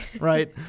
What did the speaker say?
right